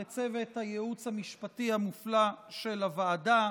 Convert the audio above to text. לצוות הייעוץ המשפטי המופלא של הוועדה,